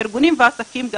ארגונים ועסקים.